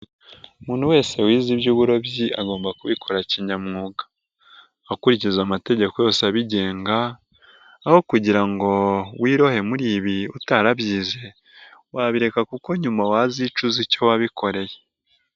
Umuntu wese wize iby'uburobyi agomba kubikora kinyamwuga, akurikiza amategeko yose abigenga aho kugira ngo wirohe muri ibi utarabyize wabireka kuko nyuma wazicuza icyo wabikoreye.